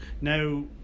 now